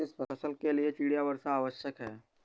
किस फसल के लिए चिड़िया वर्षा आवश्यक है?